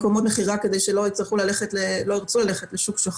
ככל שבתוך מהלך החקיקה לא יהיה קשר אינהרנטי